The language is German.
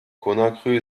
conakry